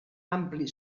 ampli